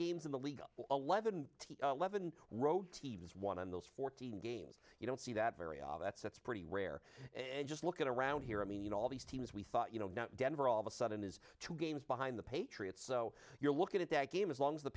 games in the league eleven team eleven road teams one of those fourteen games you don't see that very odd that so it's pretty rare and just looking around here i mean all these teams we thought you know denver all of a sudden is two games behind the patriots so you're looking at that game as long as the